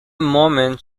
moment